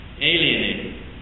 Alienated